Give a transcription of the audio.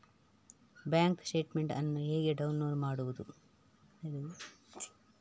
Bank statement ಅನ್ನು ಹೇಗೆ download ಮಾಡುವುದು?